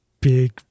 big